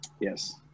Yes